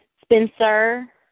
Spencer